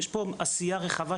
יש פה עשייה רחבה,